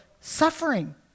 suffering